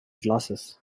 glasses